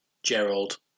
Gerald